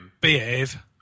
Behave